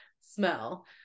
smell